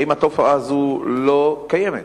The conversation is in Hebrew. האם התופעה הזאת לא קיימת?